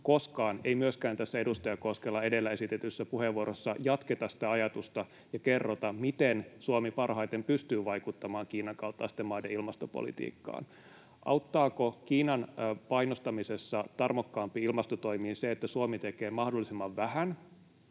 Koskaan, ei myöskään tässä edustaja Koskelan edellä esitetyssä puheenvuorossa, ei jatketa sitä ajatusta ja kerrota, miten Suomi parhaiten pystyy vaikuttamaan Kiinan kaltaisten maiden ilmastopolitiikkaan. Auttaako Kiinan painostamisessa tarmokkaampiin ilmastotoimiin se, että Suomi tekee mahdollisimman vähän,